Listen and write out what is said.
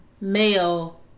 male